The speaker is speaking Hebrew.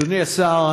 אדוני השר,